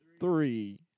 Three